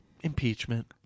Impeachment